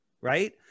right